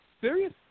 Serious